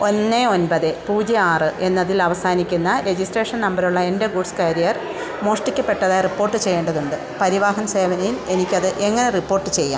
ഒന്ന് ഒൻപത് പൂജ്യം ആറ് എന്നതിൽ അവസാനിക്കുന്ന രജിസ്ട്രേഷൻ നമ്പർ ഉള്ള എൻ്റെ ഗുഡ്സ് കാരിയർ മോഷ്ടിക്കപ്പെട്ടതായി റിപ്പോർട്ട് ചെയ്യേണ്ടതുണ്ട് പരിവാഹൻ സേവയിൽ എനിക്കത് എങ്ങനെ റിപ്പോട്ട് ചെയ്യാം